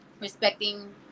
respecting